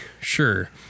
sure